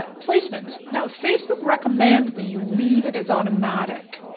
ah placement. now facebook recommends that you leave it as automatic.